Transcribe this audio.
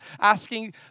asking